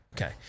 Okay